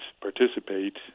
participate